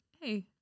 hey